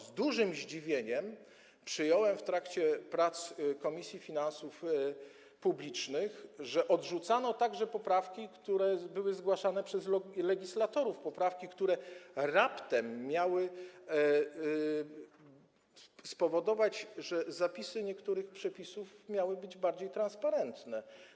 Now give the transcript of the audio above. Z dużym zdziwieniem przyjąłem w trakcie prac Komisji Finansów Publicznych to, że odrzucano także poprawki, które były zgłaszane przez legislatorów, poprawki, które raptem miały spowodować, że zapisy niektórych przepisów będą bardziej transparentne.